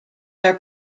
are